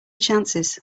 chances